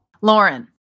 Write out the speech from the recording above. Lauren